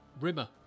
Rimmer